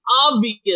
obvious